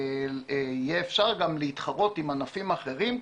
יהיה אפשר גם להתחרות עם ענפים אחרים.